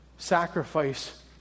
sacrifice